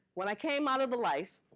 when i came out of the life,